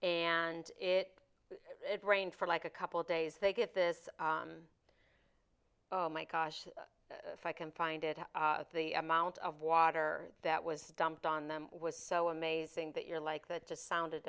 and it it rained for like a couple days they get this oh my gosh if i can find it the amount of water that was dumped on them was so amazing that you're like that just sounded